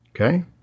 Okay